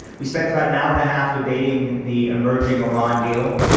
we spent about an hour and a half debating the em erging iran deal.